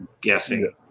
guessing